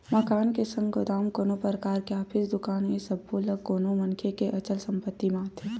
मकान के संग गोदाम, कोनो परकार के ऑफिस, दुकान ए सब्बो ह कोनो मनखे के अचल संपत्ति म आथे